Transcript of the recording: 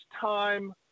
time